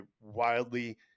wildly